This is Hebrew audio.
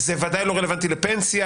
זה ודאי לא רלוונטי לפנסיה,